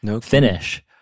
finish